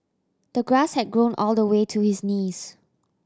the grass had grown all the way to his knees